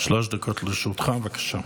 שלוש דקות לרשותך, בבקשה.